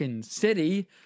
city